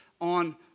on